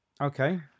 okay